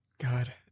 God